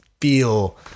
feel